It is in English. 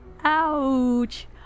ouch